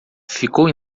ficou